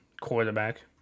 quarterback